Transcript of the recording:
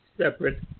separate